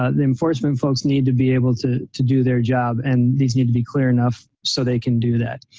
ah the enforcement folks need to be able to to do their job and this need to be clear enough so they can do that.